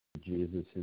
Jesus